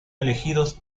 elegidos